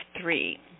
three